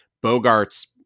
Bogart's